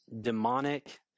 demonic